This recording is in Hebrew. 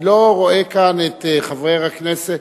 אני לא רואה כאן את חבר הכנסת,